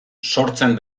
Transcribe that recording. sortzen